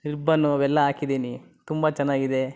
ribbon ಅವೆಲ್ಲ ಹಾಕಿದ್ದೀನಿ ತುಂಬ ಚೆನ್ನಾಗಿದೆ